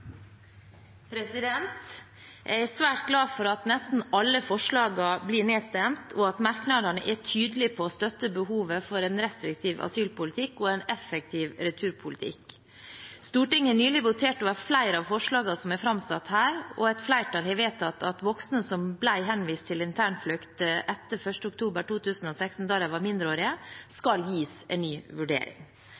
svært glad for at nesten alle forslagene blir nedstemt, og at merknadene er tydelige på at de støtter behovet for en restriktiv asylpolitikk og en effektiv returpolitikk. Stortinget har nylig votert over flere av forslagene som er framsatt her, og et flertall har vedtatt at voksne som ble henvist til internflukt etter 1. oktober 2016 da de var mindreårige,